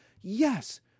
Yes